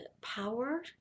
power